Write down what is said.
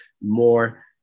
more